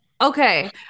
Okay